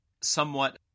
somewhat